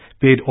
paid